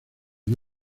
que